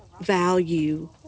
value